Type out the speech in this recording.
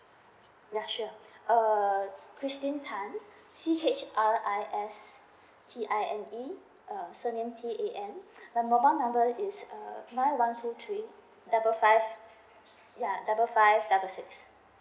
ya sure err christine tan C H R I S T I N E err surname T A N my mobile number is err nine one two three double five ya double five double six